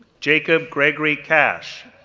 jacob gregory cash,